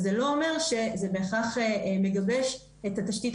זה לא אומר שזה בהכרח מגבש את התשתית